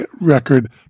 record